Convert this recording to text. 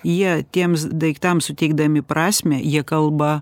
jie tiems daiktams suteikdami prasmę jie kalba